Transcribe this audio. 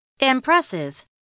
Impressive